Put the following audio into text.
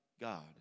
God